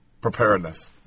preparedness